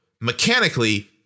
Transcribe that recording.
mechanically